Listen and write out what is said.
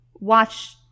watch